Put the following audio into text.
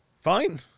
fine